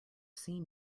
seen